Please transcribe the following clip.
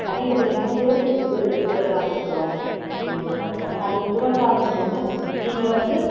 அதிகப்படியான சுரப்பி வந்து சுரக்க ஆரம்மிச்சுரும் ம் பார்த்துக்கோங்க அது சுரக்க ஆரம்பித்தோன்னே நீங்கள் வந்து